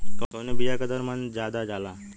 कवने बिया के दर मन ज्यादा जाला?